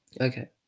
Okay